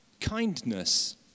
Kindness